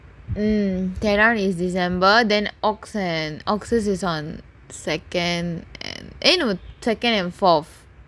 mm thera is december then ox and ox's is on second eh no second and forth